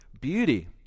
beauty